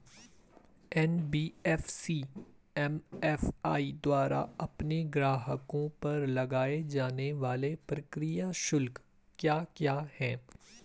NBFC MFI द्वारा अपने ग्राहकों पर लगाए जाने वाले प्रक्रिया शुल्क क्या क्या हैं?